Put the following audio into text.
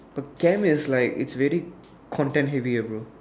but Chem is like it's very content heavy ah bro